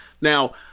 Now